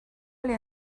only